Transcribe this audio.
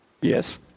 Yes